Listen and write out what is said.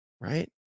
Right